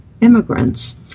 immigrants